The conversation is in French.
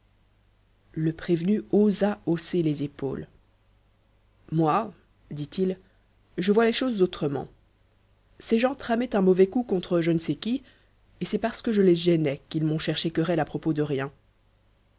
le prévenu osa hausser les épaules moi dit-il je vois les choses autrement ces gens tramaient un mauvais coup contre je ne sais qui et c'est parce que je les gênais qu'ils m'ont cherché querelle à propos de rien